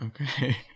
Okay